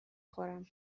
خورم